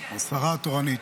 השרה התורנית,